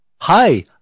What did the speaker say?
Hi